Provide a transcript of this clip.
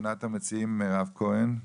ראשונת המציגים מירב כהן.